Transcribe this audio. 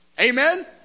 Amen